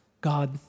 God